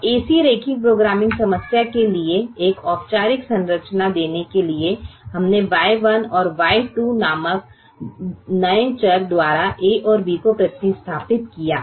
अब ऐसी रैखिक प्रोग्रामिंग समस्या के लिए एक औपचारिक संरचना देने के लिए हमने y1 और y2 नामक नए चर द्वारा a और b को प्रतिस्थापित किया